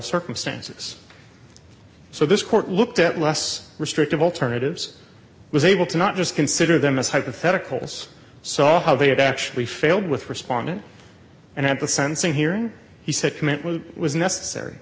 circumstances so this court looked at less restrictive alternatives was able to not just consider them as hypotheticals so how they had actually failed with respondent and had the sensing hearing he said commit what was necessary